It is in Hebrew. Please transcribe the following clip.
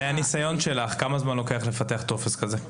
מהניסיון שלך, כמה זמן לוקח לפתח טופס כזה?